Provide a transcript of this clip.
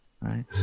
right